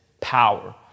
power